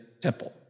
temple